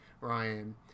Ryan